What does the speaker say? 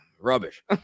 rubbish